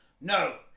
no